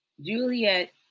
Juliet